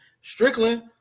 Strickland